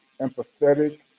empathetic